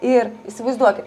ir įsivaizduoki